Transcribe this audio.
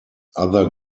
other